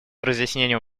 разъяснением